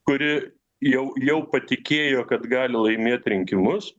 kuri jau jau patikėjo kad gali laimėt rinkimus